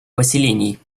поселений